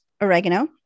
oregano